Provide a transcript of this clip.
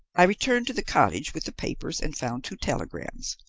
i returned to the cottage with the papers, and found two telegrams.